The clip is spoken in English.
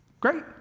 Great